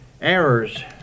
Errors